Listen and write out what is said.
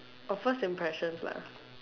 or first impression lah